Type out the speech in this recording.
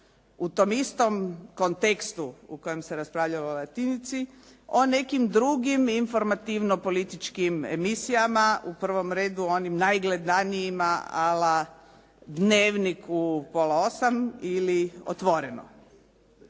u tom istom kontekstu u kojem se raspravljalo o "Latinici", o nekim drugim informativno-političkim emisijama, u prvom redu onim najgledanijima ala "Dnevniku" u pola 8 ili "Otvoreno".